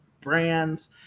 brands